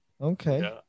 Okay